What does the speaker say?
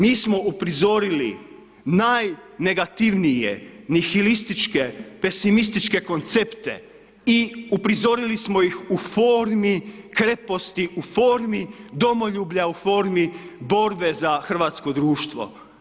Mi smo uprizorili, najnegativnije, nihilističke, pesimističke koncepte i uprizorili smo ih u formi kreposti, u formi domoljublja u formi borbi za hrvatsko društvo.